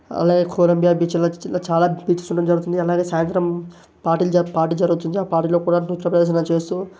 అలాగే కొలొంబ్ బీచ్లో చాలా బీచెస్ ఉండడం జరుగుతుంది అలాగే సాయంత్రం పార్టీలు జరు పార్టీ జరుగుతుంది ఆ పార్టీలో కూడా నృత్య ప్రదర్శన చేస్తూ